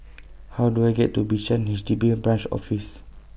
How Do I get to Bishan H D B Branch Office